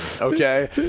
Okay